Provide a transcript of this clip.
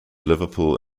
liverpool